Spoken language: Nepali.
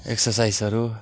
एक्ससाइजहरू